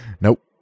Nope